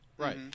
Right